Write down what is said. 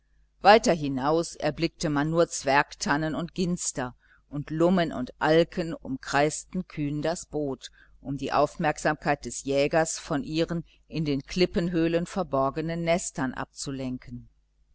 weiter hinaus erblickte man nur zwergtannen und ginster und lummen und alken umkreisten kühn das boot um die aufmerksamkeit des jägers von ihren in den klippenhöhlen verborgenen nestern abzulenken